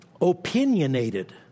opinionated